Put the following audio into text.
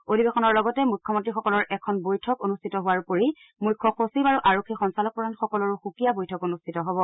অধিবেশনৰ লগতে মুখ্যমন্ত্ৰীসকলৰ এখন বৈঠক অনুষ্ঠিত হোৱাৰ লগতে মুখ্য সচিব আৰু আৰক্ষী সঞ্চালকসকলৰো সুকীয়া বৈঠক অনুষ্ঠিত হ'ব